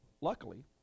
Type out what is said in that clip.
luckily